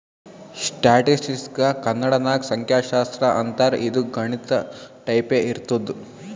ಸ್ಟ್ಯಾಟಿಸ್ಟಿಕ್ಸ್ಗ ಕನ್ನಡ ನಾಗ್ ಸಂಖ್ಯಾಶಾಸ್ತ್ರ ಅಂತಾರ್ ಇದು ಗಣಿತ ಟೈಪೆ ಇರ್ತುದ್